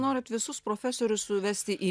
norit visus profesorius suvesti į